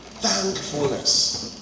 Thankfulness